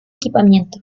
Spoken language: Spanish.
equipamiento